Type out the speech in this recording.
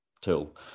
tool